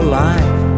life